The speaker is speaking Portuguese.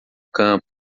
campo